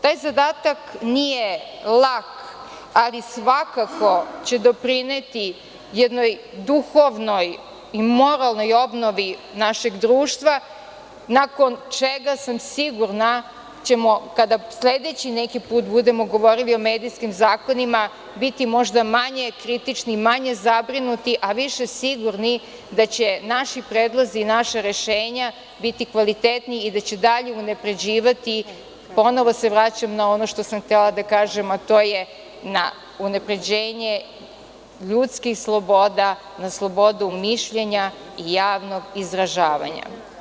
Taj zadatak nije lak, ali svakako će doprineti jednoj duhovnoj i moralnoj obnovi našeg društva, nakon čega sam sigurna da ćemo kada sledeći neki put budemo govorili o medijskim zakonima biti možda manje kritični, manje zabrinuti, a više sigurni da će naši predlozi i naša rešenja biti kvalitetni i da će dalje unapređivati, ponovo se vraća na ono što sam htela da kažem, a to je na unapređenje ljudskih sloboda, na slobodu mišljenja i javnog izražavanja.